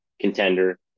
contender